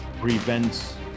prevents